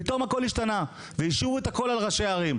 פתאום הכול השתנה והשאירו את הכול על ראשי הערים.